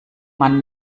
man